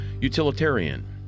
utilitarian